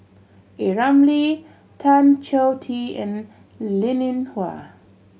A Ramli Tan Choh Tee and Linn In Hua